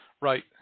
Right